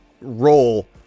role